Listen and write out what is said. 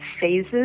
phases